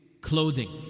clothing